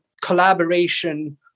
collaboration